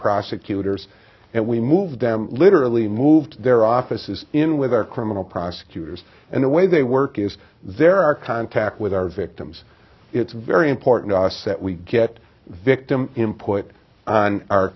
prosecutors and we moved them literally moved their offices in with our criminal prosecutors and the way they work is their our contact with our victims it's very important to us that we get victim in put on our